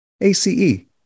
A-C-E